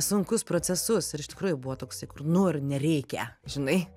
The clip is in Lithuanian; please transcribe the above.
sunkus procesus ir iš tikrųjų buvo toksai kur nu ir nereikia žinai